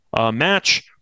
match